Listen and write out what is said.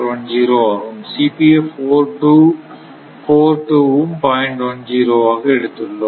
10 ஆக எடுத்துள்ளோம்